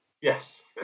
yes